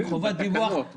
בתקנות.